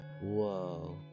Whoa